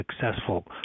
successful